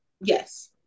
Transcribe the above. Yes